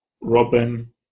Robin